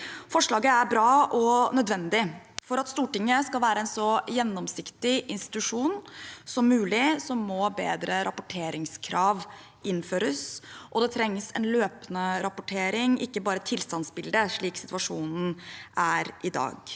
Forslaget er bra og nødvendig. For at Stortinget skal være en så gjennomsiktig institusjon som mulig, må bedre rapporteringskrav innføres, og det trengs en løpende rapportering – ikke bare et tilstandsbilde, slik situasjonen er i dag.